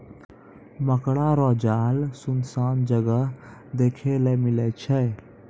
मकड़ा रो जाल सुनसान जगह देखै ले मिलै छै